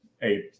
hey